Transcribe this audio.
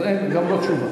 אז אין, גם לא תשובה.